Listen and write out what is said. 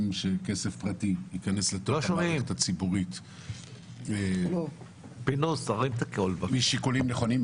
שכסף פרטי ייכנס למערכת שלא משיקולים נכונים.